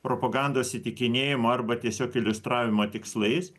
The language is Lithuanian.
propagandos įtikinėjimo arba tiesiog iliustravimo tikslais